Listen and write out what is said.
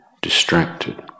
distracted